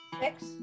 Six